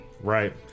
Right